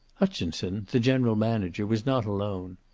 hutchinson, the general manager, was not alone.